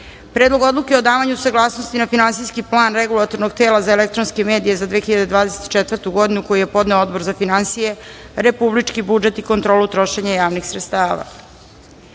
Predlog odluke o davanju saglasnosti na Finansijski plan Regulatornog tela za elektronske medije za 2024. godinu, koji je podneo Odbor za finansije, republički budžet i kontrolu trošenja javnih sredstava;36.